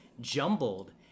jumbled